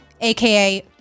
aka